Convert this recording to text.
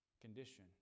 condition